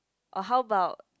or how about